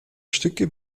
stücke